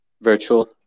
Virtual